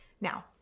now